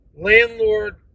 landlord